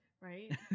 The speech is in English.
Right